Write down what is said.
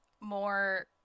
more